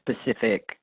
specific